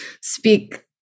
speak